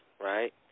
right